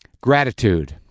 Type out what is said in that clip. Gratitude